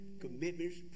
commitments